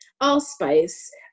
allspice